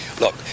Look